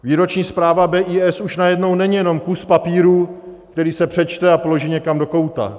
Výroční zpráva BIS už najednou není jenom kus papíru, který se přečte a položí někam do kouta.